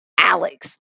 Alex